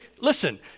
Listen